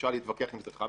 אפשר להתווכח אם זה חמש,